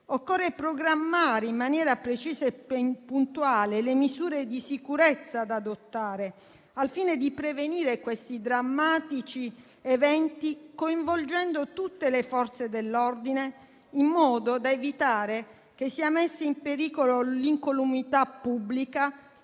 Occorre programmare in maniera precisa e puntuale le misure di sicurezza da adottare, al fine di prevenire questi drammatici eventi, coinvolgendo tutte le Forze dell'ordine, in modo da evitare che sia messa in pericolo l'incolumità pubblica,